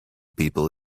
people